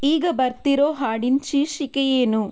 ಈಗ ಬರ್ತಿರೋ ಹಾಡಿನ ಶೀರ್ಷಿಕೆ ಏನು